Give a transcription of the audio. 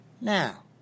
Now